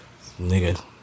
Nigga